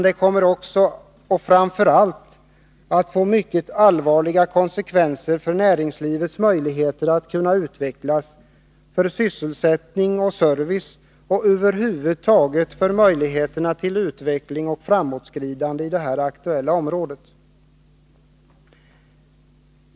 Det kommer också, och framför allt, att få mycket allvarliga konsekvenser för näringslivets möjligheter att utvecklas, för sysselsättning och service samt över huvud taget för möjligheterna till utveckling och framåtskridande i det här aktuella området.